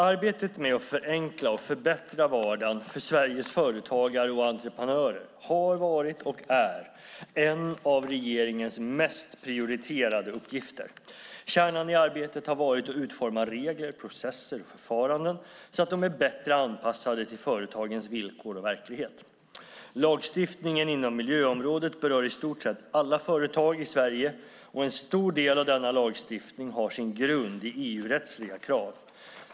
Arbetet med att förenkla och förbättra vardagen för Sveriges företagare och entreprenörer har varit, och är, en av regeringens mest prioriterade uppgifter. Kärnan i arbetet har varit att utforma regler, processer och förfaranden som är bättre anpassade till företagens villkor och verklighet. Lagstiftningen inom miljöområdet berör i stort sett alla företag i Sverige. En stor del av denna lagstiftning har sin grund i EU-rättsliga krav.